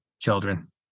children